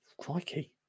Crikey